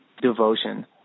devotion